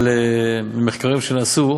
אבל מחקרים שנעשו,